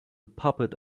puppet